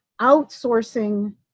outsourcing